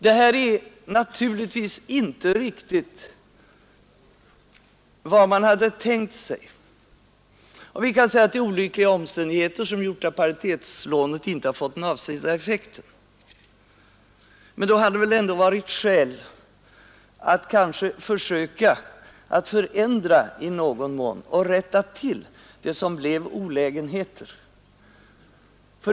Detta är naturligtvis inte riktigt vad man hade tänkt sig. Vi kan säga att det är olyckliga omständigheter som har gjort att paritetslånesystemet inte fått den avsedda effekten. Men då hade det väl funnits skäl att söka förändra systemet i någon mån och rätta till det som medfört olägenheter.